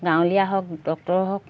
গাঁৱলীয়া হওক ডক্টৰ হওক